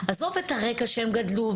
עזוב את הרקע ממנו הן באות ואיפה הן גדלו.